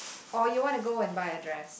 or you want to go and buy a dress